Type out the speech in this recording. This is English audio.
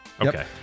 Okay